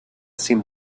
seemed